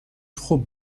خوب